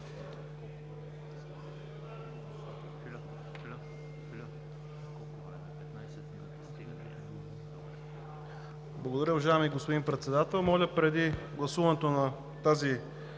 Благодаря, уважаеми господин Председател. Моля преди гласуването на тази